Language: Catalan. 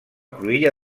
cruïlla